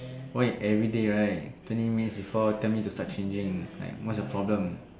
why everyday right thirty minutes before tell me to start changing like what's your problem